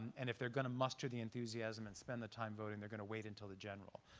and if they're going to muster the enthusiasm and spend the time voting, they're going to wait until the general.